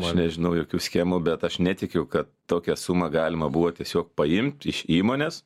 aš nežinau jokių schemų bet aš netikiu kad tokią sumą galima buvo tiesiog paimt iš įmonės